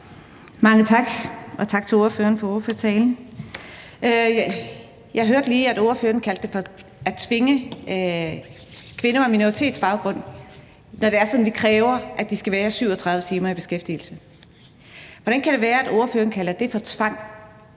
Mange tak, og tak til ordføreren for ordførertalen. Jeg hørte lige, at ordføreren kaldte det at tvinge kvinder med minoritetsbaggrund, når det er sådan, at vi kræver, at de skal være 37 timer i beskæftigelse. Hvordan kan det være, at ordføreren kalder det for tvang